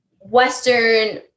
Western